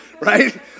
right